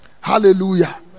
Hallelujah